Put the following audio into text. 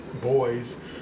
boys